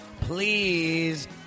Please